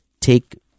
take